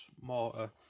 mortar